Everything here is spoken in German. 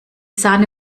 sahne